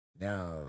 No